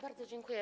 Bardzo dziękuję.